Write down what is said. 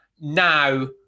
now